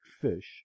fish